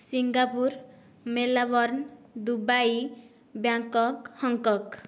Singapore Melbourne Dubai Bangkok Hong Kong